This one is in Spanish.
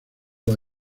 los